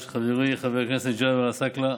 חברי חבר הכנסת ג'אבר עסאקלה,